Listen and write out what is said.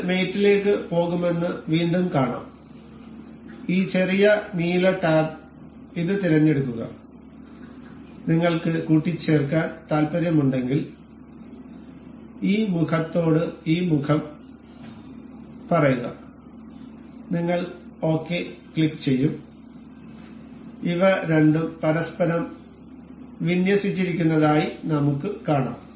ഇത് മേറ്റ് ലേക്ക് പോകുമെന്ന് വീണ്ടും കാണാം ഈ ചെറിയ നീല ടാബ് ഇത് തിരഞ്ഞെടുക്കുക നിങ്ങൾക്ക് കൂട്ടിച്ചേർക്കാൻ താൽപ്പര്യമുണ്ടെങ്കിൽ ഈ മുഖത്തോട് ഈ മുഖം പറയുക നിങ്ങൾ ശരി ക്ലിക്കുചെയ്യും ഇവ രണ്ടും പരസ്പരം വിന്യസിച്ചിരിക്കുന്നതായി നമുക്ക് കാണാം